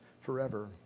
forever